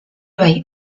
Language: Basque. bai